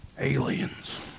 Aliens